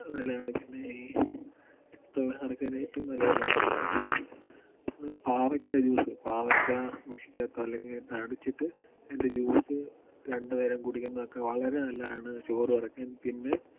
നല്ലതാണ് പിന്നെ ഈ പ്രേമഹം കുറക്കാനേറ്റവും നല്ല മാർഗ്ഗമാണ് പാവയ്ക്കാ ജൂസ് പാവയ്ക്കാ മിക്സിക്കകത്തോ അല്ലെങ്കിൽ അടിച്ചിട്ട് അതിൻ്റെ ജ്യൂസ് രണ്ട് നേരം കുടിക്കുന്നതൊക്കെ വളരെ നല്ലതാണ് ഷുഗർ കുറക്കാൻ പിന്നെ